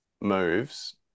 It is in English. moves